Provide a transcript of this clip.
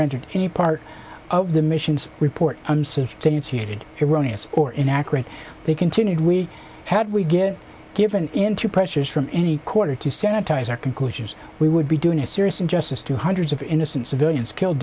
rendered any part of the mission's report to you two did iranians or inaccurate they continued we had we get given in to pressures from any quarter to sanitize our conclusions we would be doing a serious injustice to hundreds of innocent civilians killed